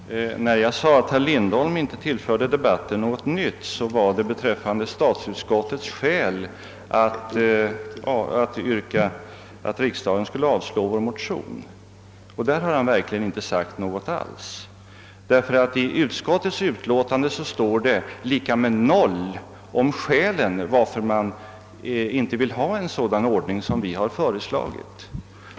Herr talman! När jag sade att herr Lindholm inte tillförde debatten något nytt avsåg jag statsutskottets skäl för att riksdagen skulle avslå vår motion. På den punkten har han verkligen inte sagt någonting alls. I utskottets utlåtande står ingenting om skälen till att man inte vill ha en sådan ordning som vi har föreslagit.